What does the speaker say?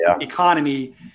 economy